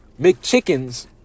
McChickens